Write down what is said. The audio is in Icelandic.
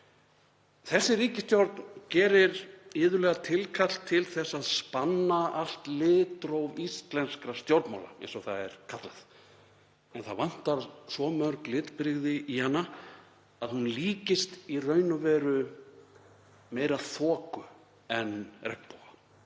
Þessi ríkisstjórn gerir iðulega tilkall til að spanna allt litróf íslenskra stjórnmála, eins og það er kallað, en það vantar svo mörg litbrigði í hana að hún líkist í raun og veru meira þoku en regnboga.